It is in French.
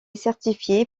certifié